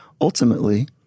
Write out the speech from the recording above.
ultimately